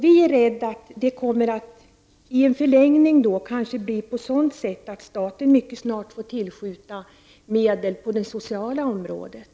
Vi är rädda att detta i en förlängning kommer att leda till att staten snart får tillskjuta medel på det sociala området.